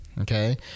okay